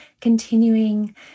continuing